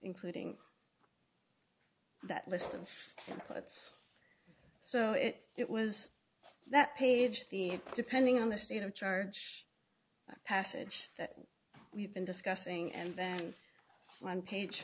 including that list and put it so it it was that page be it depending on the state of charge passage that we've been discussing and then one page